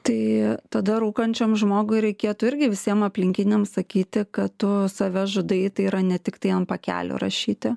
tai tada rūkančiam žmogui reikėtų irgi visiem aplinkiniam sakyti kad tu save žudai tai yra ne tiktai ant pakelio rašyti